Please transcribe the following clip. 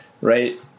Right